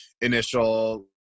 initial